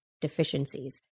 deficiencies